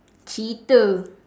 cheater